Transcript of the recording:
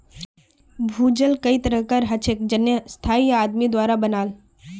भूजल कई तरह कार हछेक जेन्ने स्थाई या आदमी द्वारा बनाल